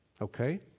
okay